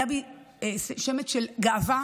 היה בי שמץ של גאווה